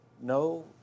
No